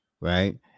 right